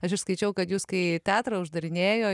aš išskaičiau kad jūs kai teatrą uždarinėjo